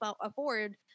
afford